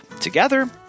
Together